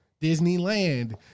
Disneyland